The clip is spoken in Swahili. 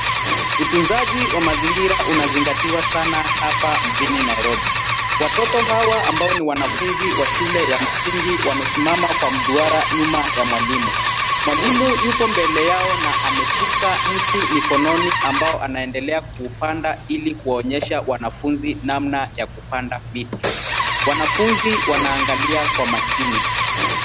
Utunzaji wa mazingira unazingatiwa sana hapa mjini Nairobi. Watoto hawa ambao ni wanafunzi wa shule ya msingi wamesimama kwa mduara nyuma ya mwalimu. Mwalimu yupo mbele yao na ameshika mti mikononi ambao anaendelea kupanda ili kuonyesha wanafunzi namna ya kupanda miti. Wanafunzi wanaangalia kwa makini.